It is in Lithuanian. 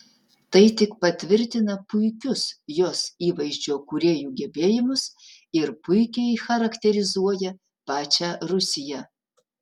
tai tik patvirtina puikius jos įvaizdžio kūrėjų gebėjimus ir puikiai charakterizuoja pačią rusiją